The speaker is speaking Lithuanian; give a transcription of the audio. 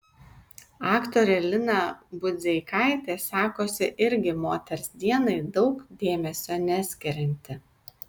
aktorė lina budzeikaitė sakosi irgi moters dienai daug dėmesio neskirianti